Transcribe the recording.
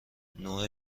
نوع